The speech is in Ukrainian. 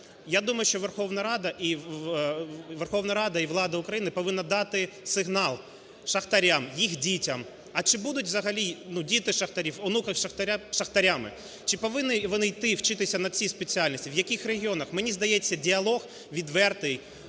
Я думаю, що Верховна Рада і влада України повинна дати сигнал шахтарям, їх дітям, а чи будуть взагалі, ну, діти шахтарів, онуки шахтаря шахтарями; чи повинні вони йти вчитися на ці спеціальності, в яких регіонах. Мені здається, діалог відвертий,